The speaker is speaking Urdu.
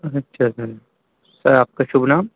اچھا سر سر آپ کا شبھ نام